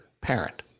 parent